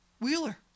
Wheeler